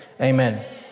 Amen